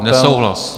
Nesouhlas.